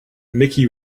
mickey